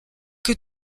que